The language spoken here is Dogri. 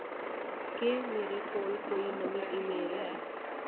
केह् मेरे कोल कोई नमीं ईमेल ऐ